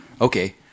Okay